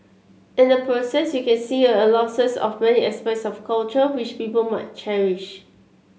in the process you can see a loser's of many aspects of culture which people might cherish